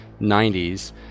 90s